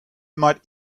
might